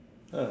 ah